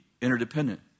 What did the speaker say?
interdependent